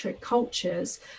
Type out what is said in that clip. cultures